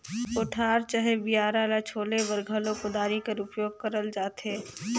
कोठार चहे बियारा ल छोले बर घलो कुदारी कर उपियोग करल जाथे